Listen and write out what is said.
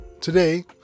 Today